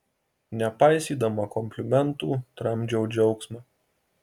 nepaisydama komplimentų tramdžiau džiaugsmą